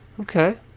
Okay